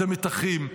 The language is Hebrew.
את המתחים,